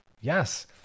yes